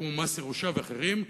כמו מס ירושה ואחרים.